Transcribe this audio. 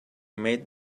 made